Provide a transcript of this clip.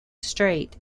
strait